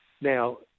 Now